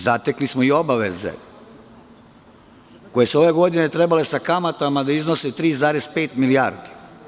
Zatekli smo i obaveze koje su ove godine trebale sa kamatama da iznose 3,5 milijarde.